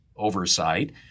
oversight